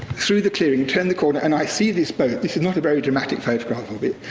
through the clearing, turn the corner, and i see this boat. this is not a very dramatic photograph of it.